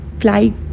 fly